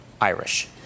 Irish